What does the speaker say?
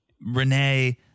Renee